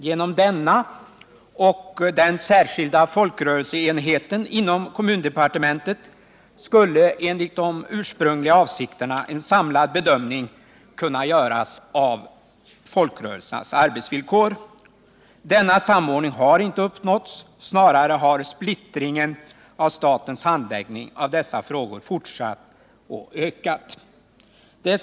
Genom denna och den särskilda folkrörelseenheten inom kommundepartementet skulle enligt de ursprungliga avsikterna en samlad bedömning av folkrörelsernas arbetsvillkor kunna göras. Denna samordning har icke uppnåtts; snarare har splittringen av statens handläggning av dessa frågor ökat.